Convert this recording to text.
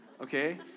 okay